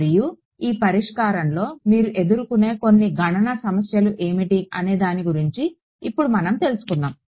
మరియు ఈ పరిష్కారంలో మీరు ఎదుర్కొనే కొన్ని గణన సమస్యలు ఏమిటి అనే దాని గురించి ఇప్పుడు మనం తెలుసుకుందాము